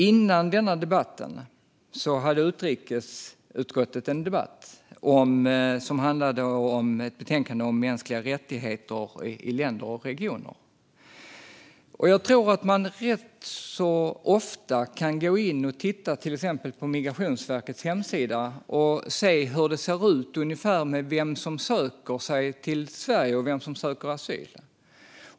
Före oss hade utrikesutskottet en debatt om mänskliga rättigheter i länder och regioner. Jag tror att man kan gå in på Migrationsverkets hemsida och se vilka det är som söker asyl i Sverige.